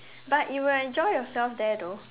but you will enjoy yourself there though